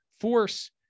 force